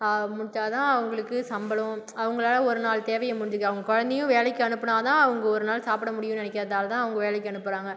முடிச்சாதான் அவங்களுக்கு சம்பளம் அவங்களால ஒரு நாள் தேவையே முடிஞ்சிக அவங்க குழந்தையும் வேலைக்கு அனுப்பினா தான் அவங்க ஒரு நாள் சாப்பிட முடியும்ன்னு நினைக்குறதால தான் அவங்க வேலைக்கு அனுப்புறாங்க